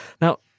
Now